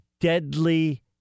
deadly